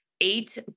eight